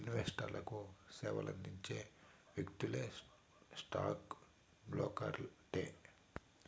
ఇన్వెస్టర్లకు సేవలందించే వ్యక్తులే స్టాక్ బ్రోకర్లంటే